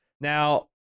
Now